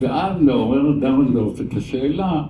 ואז מעורר אדם באופק השאלה.